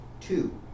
Two